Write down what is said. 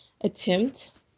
attempt